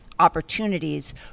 Opportunities